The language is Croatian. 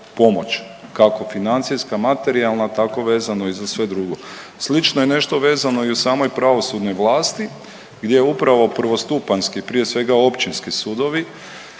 kako financijska materijalna tako vezano i za sve drugo. Slično je nešto vezano i u samoj pravosudnoj vlasti gdje upravo prvostupanjski prije svega općinski sudovi